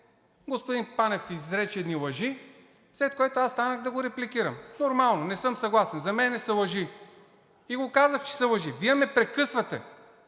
господин Панев изрече едни лъжи, след което аз станах да го репликирам. Нормално, не съм съгласен, за мен са лъжи и го казах, че са лъжи. Вие ме прекъсвате.